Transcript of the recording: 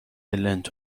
لنت